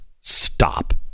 Stop